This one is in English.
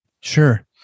Sure